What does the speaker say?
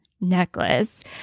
necklace